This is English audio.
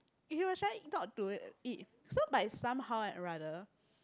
he was trying not to uh eat so but is somehow and rather